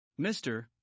Mr